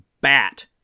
bat